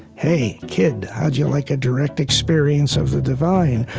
hey kid how would you like a direct experience of the divine?